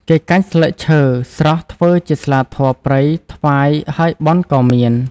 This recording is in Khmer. គេកាច់ស្លឹកឈើស្រស់ធ្វើជាស្លាធម៌ព្រៃថ្វាយហើយបន់ក៏មាន